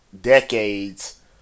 decades